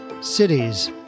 Cities